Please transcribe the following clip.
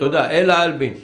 אלה אבין בבקשה.